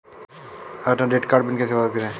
अपना debit card PIN कैसे प्राप्त करें?